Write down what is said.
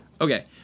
Okay